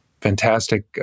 fantastic